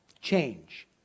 Change